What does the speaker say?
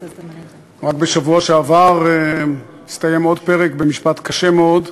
רק בשבוע שעבר הסתיים עוד פרק במשפט קשה מאוד,